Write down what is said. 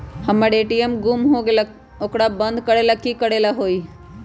हमर ए.टी.एम गुम हो गेलक ह ओकरा बंद करेला कि कि करेला होई है?